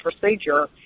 procedure